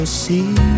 see